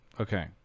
Okay